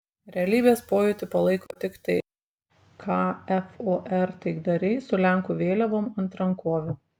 realybės pojūtį palaiko tiktai kfor taikdariai su lenkų vėliavom ant rankovių